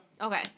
Okay